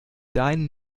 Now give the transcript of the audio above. deine